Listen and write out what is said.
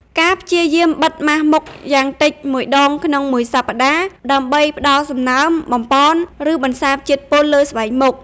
ការព្យាយាមបិទមាស់មុខយ៉ាងតិចមួយដងក្នុងមួយសប្តាហ៍ ដើម្បីផ្តល់សំណើម បំប៉ន ឬបន្សាបជាតិពុលលើស្បែកមុខ ។